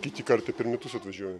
kiti kartą per metus atvažiuoja